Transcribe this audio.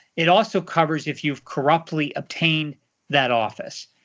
it also covers if you've corruptly obtained that office.